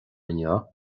inniu